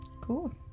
Cool